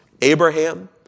Abraham